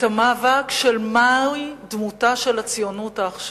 את המאבק על מהי דמותה של הציונות העכשווית.